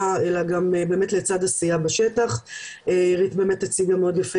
אלא גם לצד עשייה בשטח אירית באמת הציגה מאוד יפה